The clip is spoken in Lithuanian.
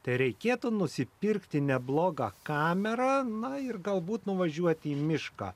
tereikėtų nusipirkti neblogą kamerą na ir galbūt nuvažiuoti į mišką